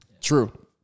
True